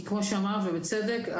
כי כמו שאמרת ובצדק,